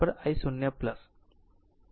2 થઈ જશે